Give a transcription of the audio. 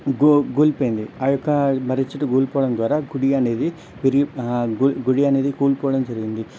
go కూలిపోయింది ఆ యొక్క మర్రిచెట్టు కూలిపోవడం ద్వారా గుడి అనేది విరిగి గుడి గుడి అనేది కూలిపోవడం జరిగింది